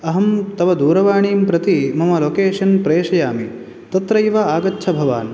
अहं तव दूरवाणीं प्रति मम लोकेशन् प्रेषयामि तत्रैव आगच्छ भवान्